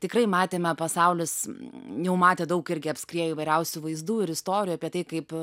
tikrai matėme pasaulis jau matė daug irgi apskriejo įvairiausių vaizdų ir istorijų apie tai kaip